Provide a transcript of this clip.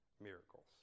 miracles